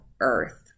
earth